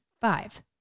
Five